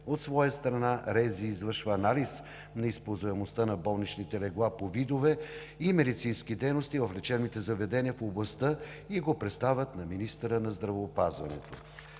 От своя страна, РЗИ извършва анализ на използваемостта на болничните легла по видове и медицински дейности в лечебните заведения в областта и го представя на министъра на здравеопазването.